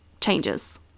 changes